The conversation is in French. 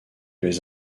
les